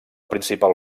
principal